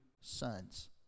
sons